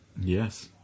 Yes